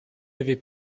avait